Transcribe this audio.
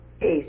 Ace